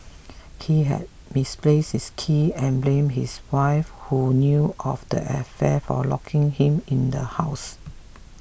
he had misplaced his keys and blamed his wife who knew of the affair for locking him in the house